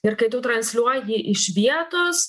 ir kai tu transliuoji iš vietos